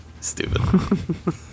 stupid